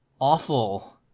awful